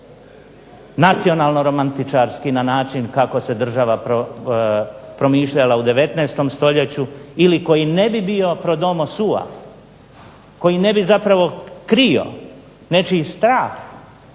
nacionalno romantičarski na način kako se država promišljala u 19. stoljeću ili koji ne bi bio pro domo sua, koji ne bi zapravo krio nečiji strah